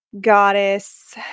goddess